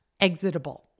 exitable